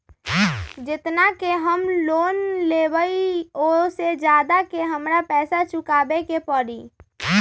जेतना के हम लोन लेबई ओ से ज्यादा के हमरा पैसा चुकाबे के परी?